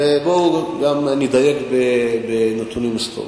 בואו נדייק בנתונים היסטוריים.